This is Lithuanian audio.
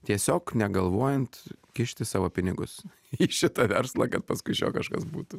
tiesiog negalvojant kišti savo pinigus į šitą verslą kad paskui kažkas būtų